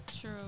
true